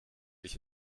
ich